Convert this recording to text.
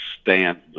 stand